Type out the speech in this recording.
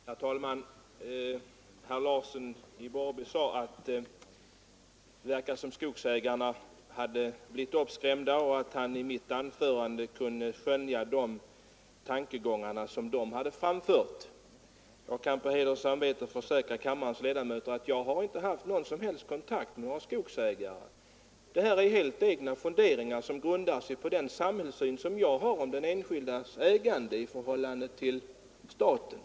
Herr talman! Herr Larsson i Borrby sade att det verkar som om skogsägarna blivit uppskrämda och att han i mitt anförande kunde skönja de tankegångar som de hade framfört. Jag kan på heder och samvete försäkra kammarens ledamöter att jag inte har haft någon som helst kontakt med några skogsägare. Det jag har sagt är helt mina egna funderingar, som grundar sig på den syn jag har beträffande den enskildes ägande i förhållande till staten.